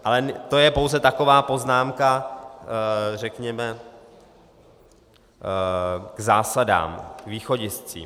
Ale to je pouze taková poznámka, řekněme, k zásadám, k východiskům.